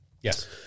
Yes